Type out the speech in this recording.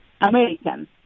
American